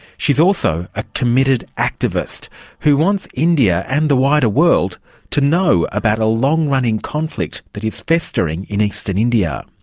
she's also a committed activist who wants india and the wider world to know about a long-running conflict that is festering in eastern india.